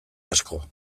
asko